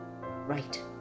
right